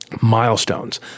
milestones